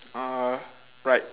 uh right